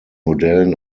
modellen